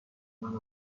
توانید